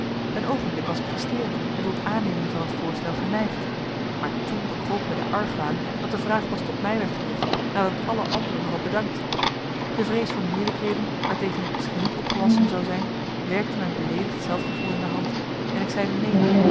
een oogenblik was ik gestreeld en tot aanneming van het voorstel geneigd maar toen bekroop me de argwaan dat de vraag pas tot mij werd gericht nadat alle anderen hadden bedankt de vrees voor moeilijkheden waartegen ik misschien niet opgewassen zou zijn werkte mijn beleedigd zelfgevoel in de hand en ik zeide neen